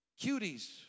Cuties